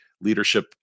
leadership